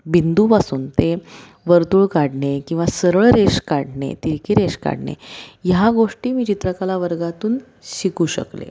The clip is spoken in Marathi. बिंदूपासून ते वर्तुळ काढणे किंवा सरळ रेष काढणे तिरकी रेष काढणे ह्या गोष्टी मी चित्रकला वर्गातून शिकू शकले